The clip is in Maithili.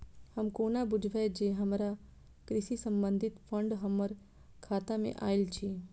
हम कोना बुझबै जे हमरा कृषि संबंधित फंड हम्मर खाता मे आइल अछि?